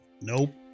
Nope